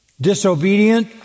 disobedient